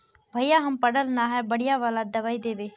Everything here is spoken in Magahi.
भैया हम पढ़ल न है बढ़िया वाला दबाइ देबे?